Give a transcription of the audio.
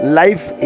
life